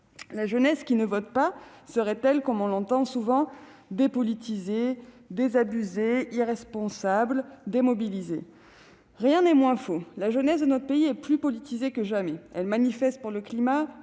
La jeunesse qui ne vote pas serait-elle, comme on l'entend souvent, dépolitisée, désabusée, irresponsable ou démobilisée ? Rien n'est moins faux. La jeunesse de notre pays est plus politisée que jamais : elle manifeste pour le climat,